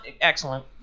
excellent